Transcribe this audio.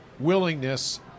Willingness